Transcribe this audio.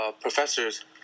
professors